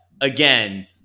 again